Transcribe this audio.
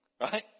Right